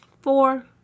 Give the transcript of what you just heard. four